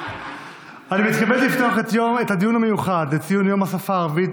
אני מתכבד לפתוח את הדיון המיוחד לציון יום השפה הערבית